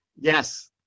yes